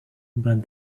but